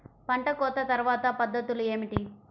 పంట కోత తర్వాత పద్ధతులు ఏమిటి?